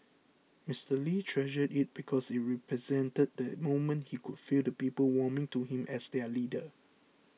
Mister Lee treasured it because it represented the moment he could feel the people warming to him as their leader